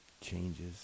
changes